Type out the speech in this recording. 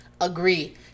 Agree